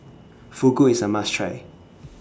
Fugu IS A must Try